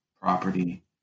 property